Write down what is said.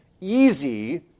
easy